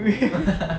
malay